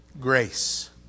Grace